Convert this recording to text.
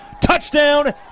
Touchdown